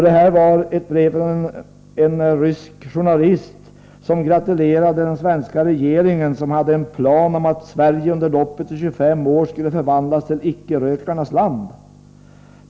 Det här var ett brev från en rysk journalist som gratulerade den svenska regeringen till att ha en plan för hur Sverige under loppet av 25 år skulle förvandlas till icke-rökarnas land.